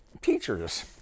Teachers